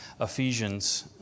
Ephesians